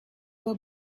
were